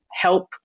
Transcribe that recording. help